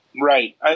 Right